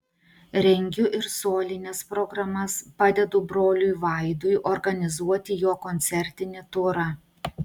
rengiu ir solines programas padedu broliui vaidui organizuoti jo koncertinį turą